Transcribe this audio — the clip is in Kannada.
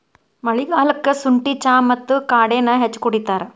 ಮಳಿಗಾಲಕ್ಕ ಸುಂಠಿ ಚಾ ಮತ್ತ ಕಾಡೆನಾ ಹೆಚ್ಚ ಕುಡಿತಾರ